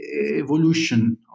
evolution